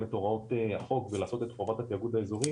את הוראות החוק ולעשות את חובת התאגוד האזורי,